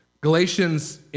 Galatians